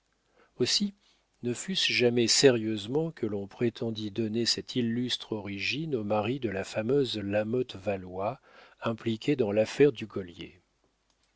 aussi ne fut-ce jamais sérieusement que l'on prétendit donner cette illustre origine au mari de la fameuse lamothe valois impliquée dans l'affaire du collier